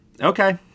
okay